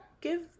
give